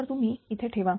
तर तुम्ही इथे ठेवा